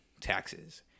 taxes